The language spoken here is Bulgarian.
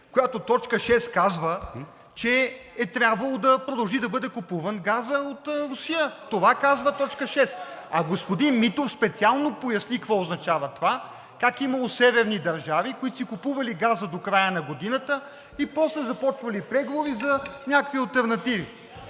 Точка 6 казва, че е трябвало да продължи да бъде купуван газът от Русия. Това казва т. 6. (Шум и реплики от ГЕРБ-СДС.) А господин Митов специално поясни какво означава това – как имало северни държави, които си купували газа до края на годината и после започвали преговори за някакви алтернативи.